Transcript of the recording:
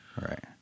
Right